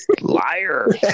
liar